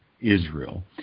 Israel